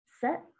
set